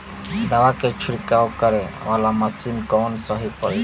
दवा के छिड़काव करे वाला मशीन कवन सही पड़ी?